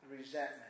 resentment